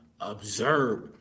observe